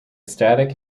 static